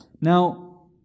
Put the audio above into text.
Now